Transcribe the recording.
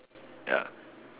ya